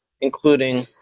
including